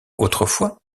autrefois